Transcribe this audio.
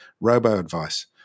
robo-advice